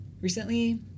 recently